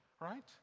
right